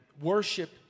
Worship